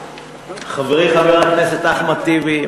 חברי חבר הכנסת אחמד טיבי,